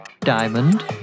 Diamond